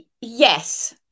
Yes